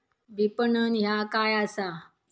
विपणन ह्या काय असा?